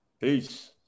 Peace